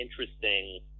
interesting